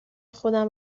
خودم